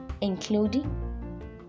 including